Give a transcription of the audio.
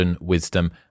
wisdom